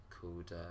called